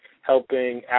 helping